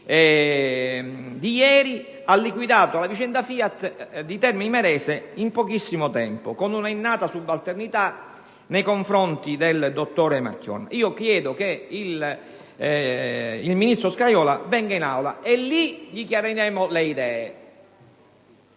di ieri ha liquidato la vicenda FIAT di Termini Imerese in pochissimo tempo, con una innata subalternità nei confronti del dottor Marchionne, si presenti in Aula: ripeto, chiedo che il ministro Scajola venga in Aula, e lì gli chiariremo le idee.